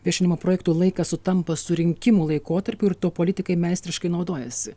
viešinimo projektų laikas sutampa su rinkimų laikotarpiu ir tuo politikai meistriškai naudojasi